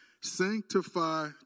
Sanctify